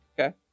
Okay